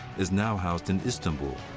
is now housed in istanbul,